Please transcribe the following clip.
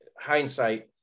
hindsight